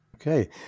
Okay